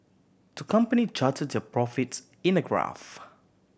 to company charted their profits in a graph